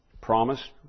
Promised